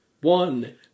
one